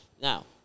Now